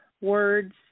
words